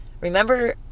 Remember